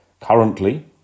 Currently